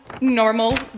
normal